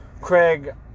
Craig